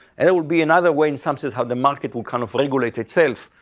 and it will be another way in some sense, how the market will kind of regulate itself,